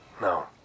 No